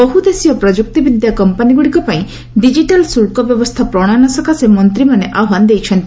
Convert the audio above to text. ବହୁଦେଶୀୟ ପ୍ରମୁକ୍ତି ବିଦ୍ୟା କମ୍ପାନୀଗୁଡ଼ିକ ପାଇଁ ଡିଜିଟାଲ୍ ଶଳ୍କ ବ୍ୟବସ୍ଥା ପ୍ରଣୟନ ସକାଶେ ମନ୍ତ୍ରୀମାନେ ଆହ୍ୱାନ ଦେଇଛନ୍ତି